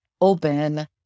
open